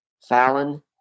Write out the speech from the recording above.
Fallon